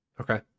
Okay